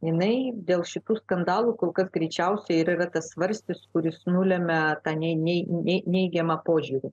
jinai dėl šitų skandalų kol kas greičiausiai ir yra tas svarstis kuris nulemia tą nei neigiamą požiūrį